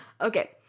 okay